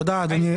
תודה אדוני.